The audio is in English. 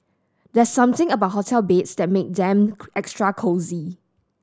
there's something about hotel beds that make them extra cosy